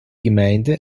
gemeinde